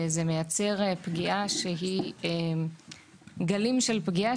זה מייצר פגיעה שהיא גלים של פגיעה,